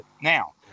now